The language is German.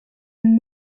den